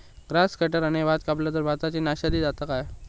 Grass कटराने भात कपला तर भाताची नाशादी जाता काय?